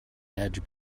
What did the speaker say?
edge